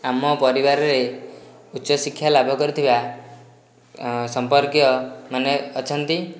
ଆମ ପରିବାରରେ ଉଚ୍ଚଶିକ୍ଷା ଲାଭ କରିଥିବା ସମ୍ପର୍କୀୟମାନେ ଅଛନ୍ତି